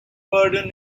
burden